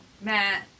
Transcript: Matt